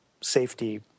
safety